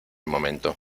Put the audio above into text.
momento